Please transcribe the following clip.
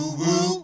woo